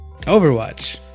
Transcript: Overwatch